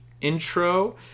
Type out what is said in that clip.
intro